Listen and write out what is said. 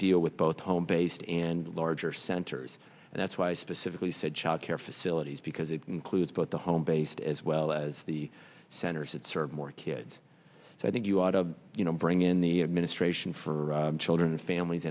deal with both homebased and larger centers and that's why i specifically said child care facilities because it includes both the home based as well as the centers that serve more kids so i think you ought to you know bring in the administration for children and families